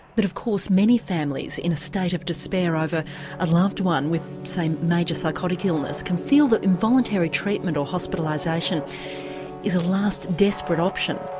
but of course many families in a state of despair over a loved one with, say, major psychotic illness can feel that involuntary treatment or hospitalisation is a last desperate option.